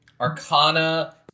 arcana